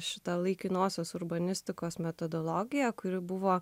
šitą laikinosios urbanistikos metodologiją kuri buvo